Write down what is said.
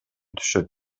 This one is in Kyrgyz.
түшөт